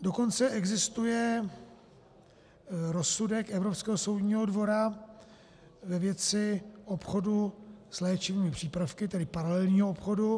Dokonce existuje rozsudek Evropského soudního dvora ve věci obchodu s léčivými přípravky, tedy paralelního obchodu.